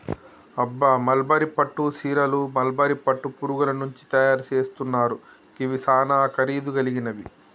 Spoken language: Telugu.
అబ్బ మల్బరీ పట్టు సీరలు మల్బరీ పట్టు పురుగుల నుంచి తయరు సేస్తున్నారు గివి సానా ఖరీదు గలిగినవి